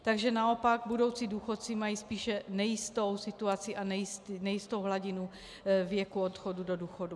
Takže naopak budoucí důchodci mají spíše nejistou situaci a nejistou hladinu věku odchodu do důchodu.